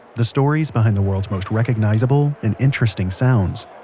the stories behind the world's most recognizable and interesting sounds.